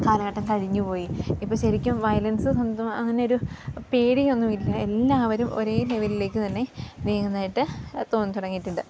കാലഘട്ടം കഴിഞ്ഞുപോയി ഇപ്പം ശരിക്കും വയലൻസ് സ്വന്തം അങ്ങനൊരു പേടിയൊന്നും ഇല്ല എല്ലാവരും ഒരേ ലെവൽലേക്ക് തന്നെ നീങ്ങുന്നതായിട്ട് തോന്നിത്തുടങ്ങിയിട്ടുണ്ട്